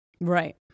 Right